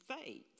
faith